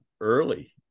early